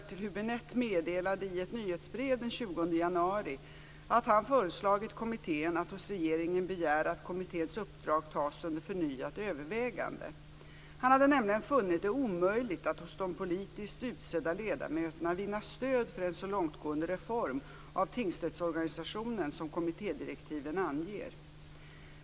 20 januari att han föreslagit kommittén att hos regeringen begära att kommitténs uppdrag tas under förnyat övervägande. Han hade nämligen funnit det omöjligt att hos de politiskt utsedda ledamöterna vinna stöd för en så långtgående reform av tingsrättsorganisationen som kommittédirektiven anger.